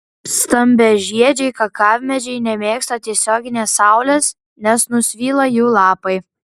stambiažiedžiai kakavmedžiai nemėgsta tiesioginės saulės nes nusvyla jų lapai